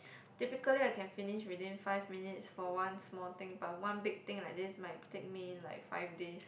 typically I can finish within five minutes for one small thing but one big thing like this might take me like five days